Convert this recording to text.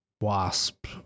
wasp